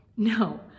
No